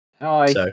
hi